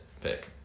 pick